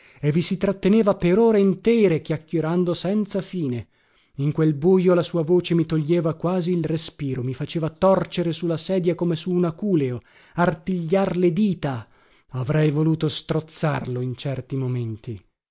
e vi si tratteneva per ore intere chiacchierando senza fine in quel bujo la sua voce mi toglieva quasi il respiro mi faceva torcere su la sedia come su un aculeo artigliar le dita avrei voluto strozzarlo in certi momenti